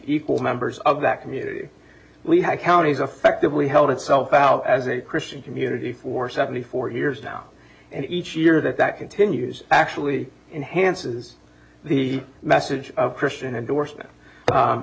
equal members of that community we have counties affectively held itself out as a christian community for seventy four years now and each year that that continues actually enhances the message of christian endorsement